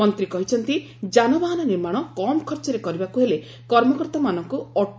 ମନ୍ତ୍ରୀ କହିଛନ୍ତି ଯାନବାହନ ନିର୍ମାଣ କମ୍ ଖର୍ଚ୍ଚରେ କରିବାକୁ ହେଲେ କର୍ମକର୍ତ୍ତାମାନଙ୍କୁ ଅଟେ